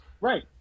Right